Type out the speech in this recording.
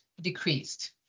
decreased